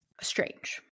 strange